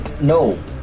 No